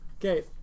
Okay